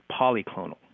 polyclonal